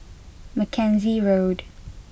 Mackenzie Road